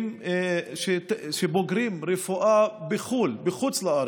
שבוגרי רפואה בחו"ל, בחוץ לארץ,